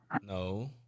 No